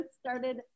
started